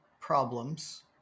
problems